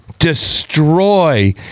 Destroy